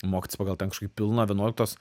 mokytis pagal ten kažkokį pilną vienuoliktos